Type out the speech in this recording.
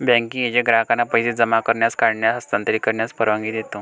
banking agent ग्राहकांना पैसे जमा करण्यास, काढण्यास, हस्तांतरित करण्यास परवानगी देतो